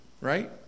Right